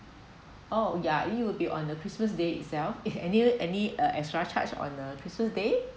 oh ya it will be on the christmas day itself is any any uh extra charge on a christmas day